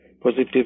positive